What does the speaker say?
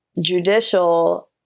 judicial